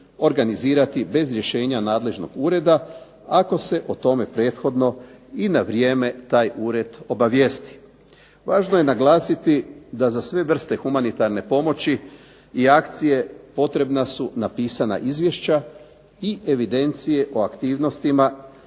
organizirati bez rješenja nadležnog ureda ako se o tome prethodno i na vrijeme taj ured obavijesti. Važno je naglasiti da za sve vrste humanitarne pomoći i akcije potrebna su napisana izvješća i evidencije o aktivnostima